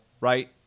right